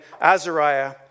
Azariah